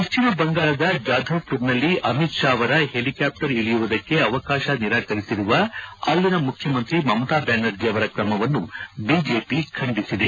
ಪಶ್ಚಿಮ ಬಂಗಾಳದ ಜಾಧವ್ಮರ್ನಲ್ಲಿ ಅಮಿತ್ ಷಾ ಅವರ ಹೆಲಿಕ್ಕಾಪ್ಪರ್ ಇಳಿಯುವುದಕ್ಕೆ ಅವಕಾಶ ನಿರಾಕರಿಸಿರುವ ಅಲ್ಲಿನ ಮುಖ್ಯಮಂತ್ರಿ ಮಮತಾ ಬ್ಯಾನರ್ಜಿ ಅವರ ಕ್ರಮವನ್ನು ಬಿಜೆಪಿ ಖಂಡಿಸಿದೆ